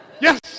yes